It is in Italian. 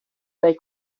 dai